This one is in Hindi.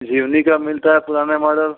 जीओनी का मिलता है पुराना मॉडल